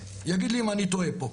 ויגיד לי אם אני טועה פה.